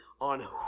on